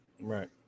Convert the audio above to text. right